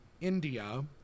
India